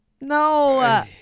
No